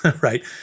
right